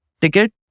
ticket